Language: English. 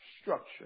structure